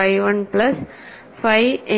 phi 1 plus phi 2